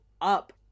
up